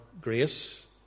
grace